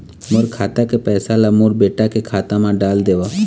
मोर खाता के पैसा ला मोर बेटा के खाता मा डाल देव?